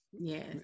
Yes